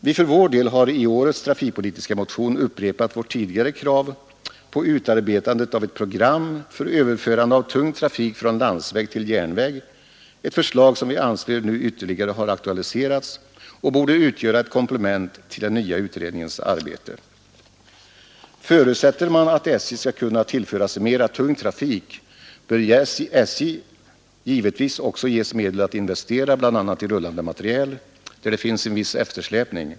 Vi har för vår del i årets trafikpolitiska motion upprepat vårt tidigare krav på utarbetande av ett program för överförande av tung trafik från landsväg till järnväg, ett förslag som vi anser nu ytterligare har aktualiserats och borde utgöra ett komplement till den nya utredningens arbete. Förutsätter man att SJ skall kunna tillföras mera tung trafik bör SJ givetvis också ges medel att investera bl.a. i rullande materiel, där det finns en viss eftersläpning.